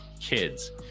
kids